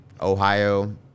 Ohio